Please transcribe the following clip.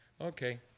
Okay